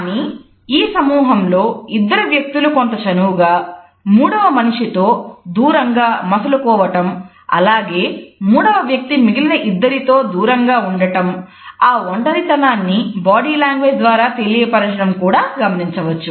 కానీ ఈ సమూహంలో ఇద్దరు వ్యక్తులు కొంత చనువుగా మూడవ మనిషితో దూరంగా మసలుకోవడం అలాగే మూడవ వ్యక్తి మిగిలిన ఇద్దరి తో దూరంగా ఉండటం ఆ ఒంటరితనాన్ని బాడీ లాంగ్వేజ్ ద్వారా తెలియపరచడం మనం గమనించవచ్చు